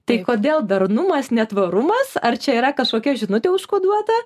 tai kodėl darnumas ne tvarumas ar čia yra kažkokia žinutė užkoduota